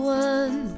one